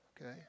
okay